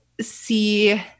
see